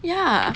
ya